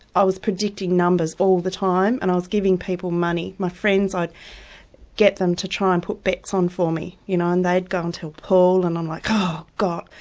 i was predicting numbers all the time and i was giving people money. my friends, i'd get them to try and put bets on for me you know and they'd go and tell paul and i'm like oh, god,